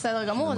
בסדר גמור,